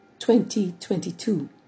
2022